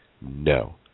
No